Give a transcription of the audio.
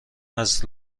است